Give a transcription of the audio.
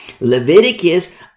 Leviticus